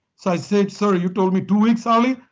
so i said, sir, you told me two weeks ah early.